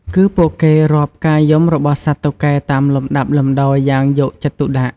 គឺពួកគេរាប់ការយំរបស់សត្វតុកែតាមលំដាប់លំដោយយ៉ាងយកចិត្តទុកដាក់។